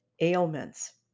ailments